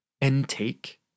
intake